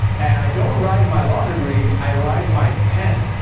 and i don't ride my law degree. i ride my pen.